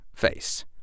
face